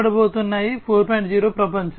0 ప్రపంచం